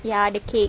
ya the cake